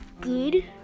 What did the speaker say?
good